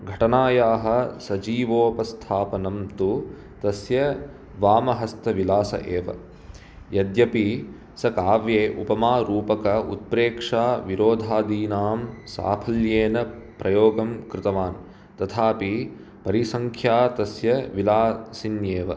घटनायाः सजीवोपस्थापनं तु तस्य वामहस्तविलास एव यद्यपि स काव्ये उपमारूपक उत्प्रेक्षाविरोधादीनां साफल्येन प्रयोगं कृतवान् तथापि परिसङ्ख्या तस्य विलासिन्येव